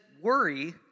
worry